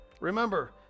Remember